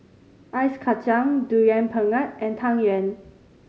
Ice Kachang Durian Pengat and Tang Yuen